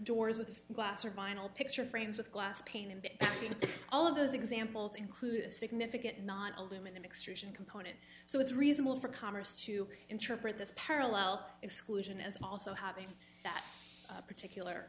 doors with glass or vinyl picture frames with glass pane and all of those examples include significant not all women and extrusion component so it's reasonable for congress to interpret this parallel exclusion as also having that particular